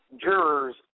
jurors